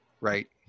right